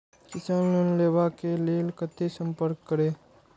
किसान लोन लेवा के लेल कते संपर्क करें?